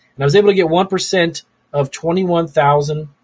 and i was able to get one percent of twenty one thousand